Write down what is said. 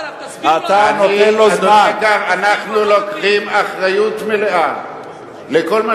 אנחנו לוקחים אחריות, אתה נותן לו זמן.